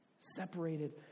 separated